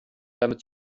damit